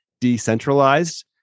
decentralized